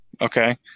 Okay